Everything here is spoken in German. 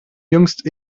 jüngst